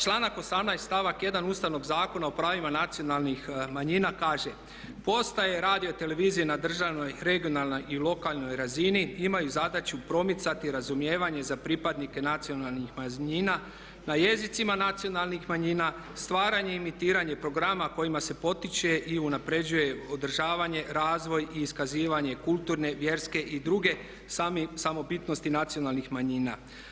Članak 18.stavak 1. ustavnog Zakona o pravima nacionalnih manjina kaže: Postaje, radiotelevizije na državnoj, regionalnoj i lokalnoj razini imaju zadaću promicati razumijevanje za pripadnike nacionalnih manjina na jezicima nacionalnih manjina, stvaranje i emitiranje programa kojima se potiče i unapređuje održavanje, razvoj i iskazivanje kulturne, vjerske i druge samobitnosti nacionalnih manjina.